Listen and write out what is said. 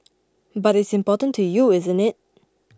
but it's important to you isn't it